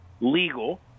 legal